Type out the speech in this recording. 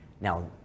Now